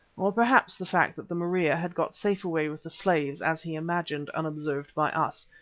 or perhaps the fact that the maria had got safe away with the slaves, as he imagined unobserved by us,